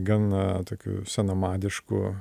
gan tokiu senamadišku